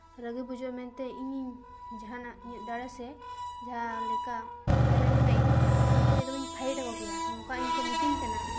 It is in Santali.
ᱨᱟᱹᱜᱤ ᱵᱩᱡᱩᱜᱼᱟ ᱢᱮᱱᱛᱮ ᱤᱧᱤᱧ ᱡᱟᱦᱟᱱᱟᱜ ᱤᱧᱟᱹᱜ ᱫᱟᱲᱮ ᱥᱮ ᱡᱟᱦᱟᱸ ᱞᱮᱠᱟ ᱛᱟᱦᱮᱸ ᱞᱮᱱᱠᱷᱟᱡ ᱤᱧ ᱱᱩᱠᱩ ᱮᱠᱫᱚᱢ ᱤᱧ ᱯᱷᱟᱹᱭᱤᱴ ᱟᱠᱚ ᱠᱮᱭᱟ ᱤᱧ ᱠᱚ ᱢᱤᱛᱤᱧ ᱠᱟᱱᱟ